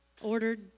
ordered